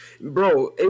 Bro